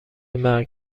مرگ